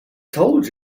told